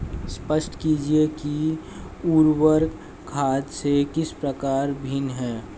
स्पष्ट कीजिए कि उर्वरक खाद से किस प्रकार भिन्न है?